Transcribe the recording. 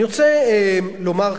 אני רוצה לומר כאן,